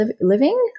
living